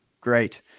Great